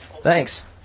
Thanks